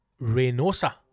Reynosa